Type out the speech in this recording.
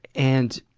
and,